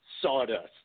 sawdust